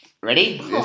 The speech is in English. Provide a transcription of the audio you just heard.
Ready